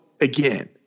again